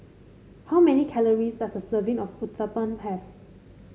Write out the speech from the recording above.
how many calories does a serving of Uthapam have